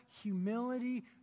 humility